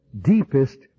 deepest